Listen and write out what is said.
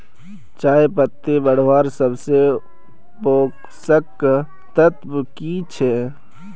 चयपत्ति बढ़वार सबसे पोषक तत्व की छे?